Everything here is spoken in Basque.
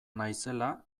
naizela